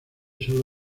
solo